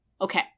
Okay